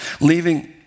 leaving